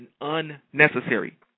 unnecessary